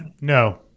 No